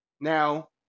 Now